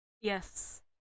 Yes